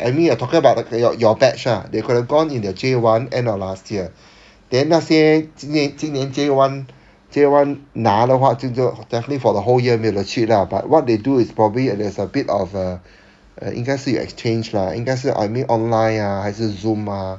I mean you're talking about your your batch lah they could've gone in their J one end of last year then 那些今年今年 J one J one 拿的话就就 definitely for the whole year 没有得去 lah but what they do is probably it's a bit of uh 应该是 exchange lah 应该是 I mean online ah 还是 zoom ah